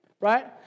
right